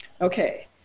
Okay